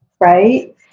Right